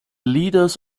leaders